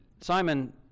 Simon